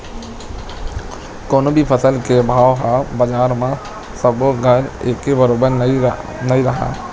कोनो भी फसल के भाव ह बजार म सबो जघा एके बरोबर नइ राहय